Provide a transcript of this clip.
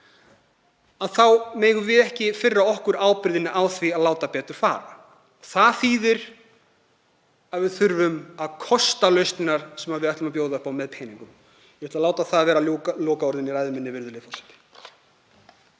þá megum við ekki firra okkur ábyrgðinni á því að laga það sem betur má fara. Það þýðir að við þurfum að kosta lausnirnar sem við ætlum að bjóða upp á með peningum. Ég ætla að láta það vera lokaorðin í ræðu minni.